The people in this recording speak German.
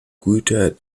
güter